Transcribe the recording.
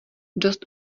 dost